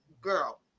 girl